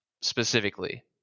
specifically